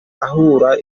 ahanura